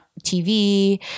TV